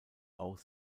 auch